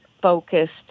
focused